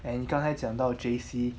and 刚才讲到 J_C